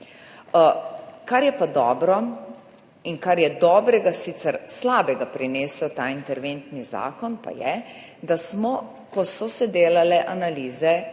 Kar je pa dobro in kar je dobrega, sicer slabega prinesel ta interventni zakon, pa je, da smo, ko so se delale analize,